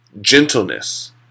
gentleness